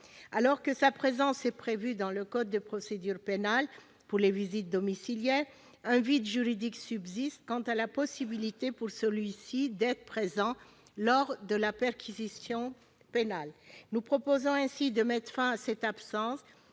Alors que cette présence est prévue dans le code de procédure pénale pour les visites domiciliaires, un vide juridique subsiste quant à la possibilité pour celui-ci d'être présent lors de la perquisition pénale. Nous proposons ainsi de mettre fin à cette absence